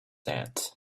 that